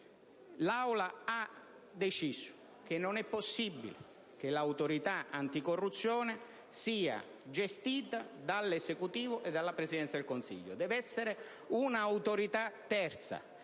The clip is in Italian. l'Aula ha deciso che non è possibile che l'Autorità anticorruzione sia gestita dall'Esecutivo e dalla Presidenza del Consiglio, ma che debba essere un'autorità terza.